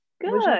good